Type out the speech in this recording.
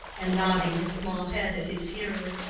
and nodding his small head at his hearer,